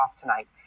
tonight